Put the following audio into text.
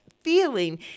feeling